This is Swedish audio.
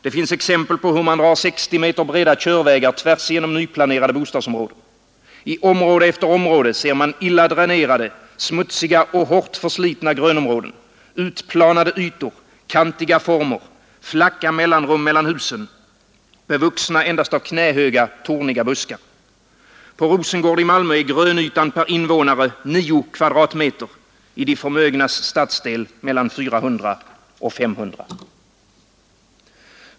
Det finns exempel på hur man drar 60 meter breda körvägar tvärs igenom nyplanerade bostadsområden. I område efter område ser man illa dränerade, smutsiga och hårt förslitna grönområden, utplanade ytor, kantiga former, flacka mellanrum mellan husen, bevuxna endast med knähöga torniga buskar. På Rosengård i Malmö är grönytan per invånare 9 kvadratmeter, i de förmögnas stadsdel mellan 400 och 500 kvadratmeter.